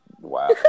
Wow